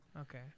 Okay